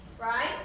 right